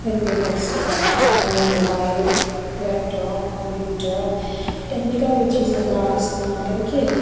pen paper से ज़्यादा phone mobile laptop computer technical चीज़ों का इस्तेमाल करके